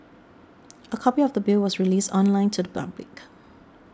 a copy of the Bill was released online to the public